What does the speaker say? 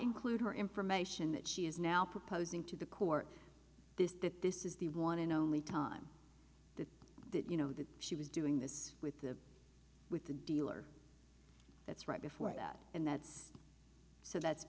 include her information that she is now proposing to the court is that this is the one and only time that you know that she was doing this with the with the dealer that's right before that and that's so that's